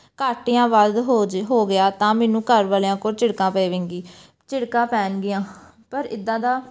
ਘੱਟ ਜਾਂ ਵੱਧ ਹੋ ਜ ਹੋ ਗਿਆ ਤਾਂ ਮੈਨੂੰ ਘਰ ਵਾਲਿਆਂ ਕੋਲੋਂ ਝਿੜਕਾਂ ਪਵੇਗੀ ਝਿੜਕਾਂ ਪੈਣਗੀਆਂ ਪਰ ਇੱਦਾਂ ਦਾ